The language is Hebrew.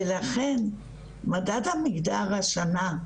ולכן מדד המגדר השנה,